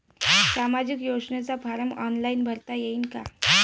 सामाजिक योजनेचा form online भरता येईन का?